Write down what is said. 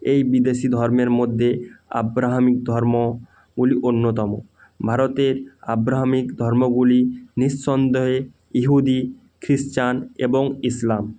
এই বিদেশি ধর্মের মদ্যে আব্রাহামিক ধর্মগুলি অন্যতম ভারতের আব্রাহামিক ধর্মগুলি নিঃসন্দহে ইহুদি খ্রিশ্চান এবং ইসলাম